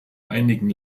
einigen